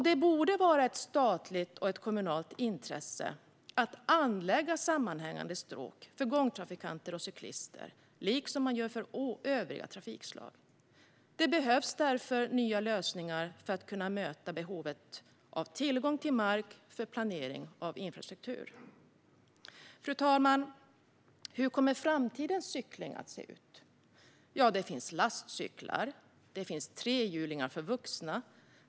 Det borde vara både ett statligt och ett kommunalt intresse att anlägga sammanhängande stråk för gångtrafikanter och cyklister, liksom man gör för övriga trafikslag. Det behövs därför nya lösningar för att kunna möta behovet av tillgång till mark för planering av infrastruktur. Fru talman! Hur kommer framtidens cykling att se ut? Det finns lastcyklar. Det finns trehjulingar för vuxna.